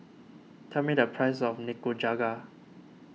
tell me the price of Nikujaga